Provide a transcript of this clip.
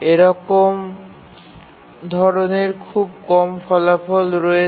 এরকম ধরনের খুব কম ফলাফল রয়েছে